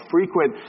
Frequent